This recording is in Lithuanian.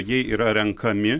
jie yra renkami